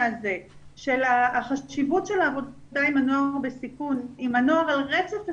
הזה של החשיבות של העבודה עם הנוער על רצף הסיכון.